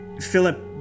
Philip